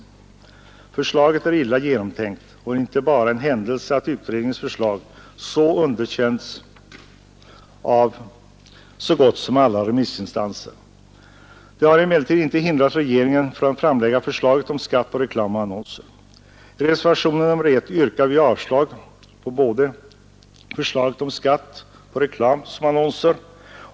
Utredningens förslag är illa genomtänkt, och det är inte bara en händelse att det underkändes av så gott som alla remissinstanser. Detta har emellertid inte hindrat regeringen från att framlägga förslaget om skatt på reklam och annonser. I reservationen 1 vid skatteutskottets betänkande nr 29 yrkar vi avslag både på förslaget om skatt på reklam och på förslaget om annonsskatt.